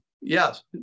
Yes